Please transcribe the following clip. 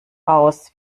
aus